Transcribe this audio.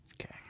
Okay